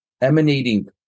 emanating